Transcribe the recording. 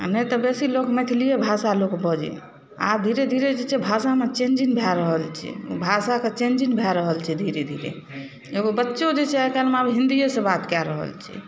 आ नहि तऽ बेसी लोक मैथिलिये भाषा लोक बजै आब धीरे धीरे जे छै भाषामे चेंजिंग भए रहल छै भाषाके चेंजिंग भए रहल छै धीरे धीरे एगो बच्चो जे छै आइकाल्हिमे आब हिन्दिये सऽ बात कए रहल छै